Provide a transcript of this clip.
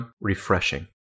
refreshing